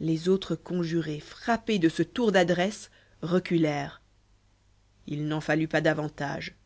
les autres conjurés frappés de ce tour d'adresse reculèrent il n'en fallut pas davantage